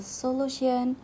solution